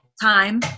time